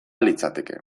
litzateke